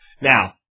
Now